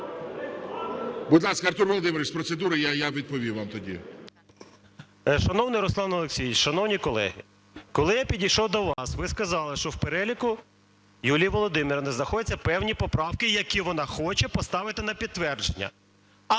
Будь ласка, Артур Володимирович з процедури. Я відповім вам тоді. 13:18:38 ГЕРАСИМОВ А.В. Шановний Руслан Олексійович! Шановні колеги! Коли я підійшов до вас, ви сказали, що в переліку Юлії Володимирівни знаходяться певні поправки, які вона хоче поставити на підтвердження.